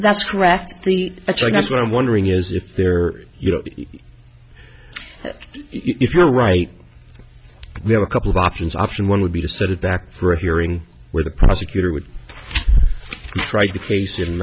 that's correct the it's i guess what i'm wondering is if there you know if you're right we have a couple of options option one would be to set it back for a hearing where the prosecutor would try to place i